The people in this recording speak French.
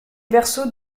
berceaux